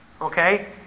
Okay